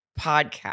podcast